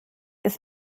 ist